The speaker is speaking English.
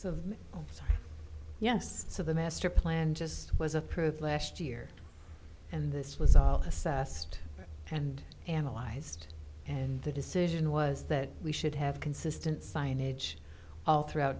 so yes so the master plan just was approved last year and this was all assessed and analyzed and the decision was that we should have consistent signage all throughout